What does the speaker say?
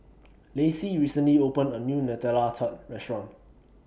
Lacie recently opened A New Nutella Tart Restaurant